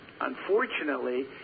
Unfortunately